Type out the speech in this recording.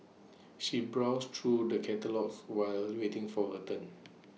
she browsed through the catalogues while waiting for her turn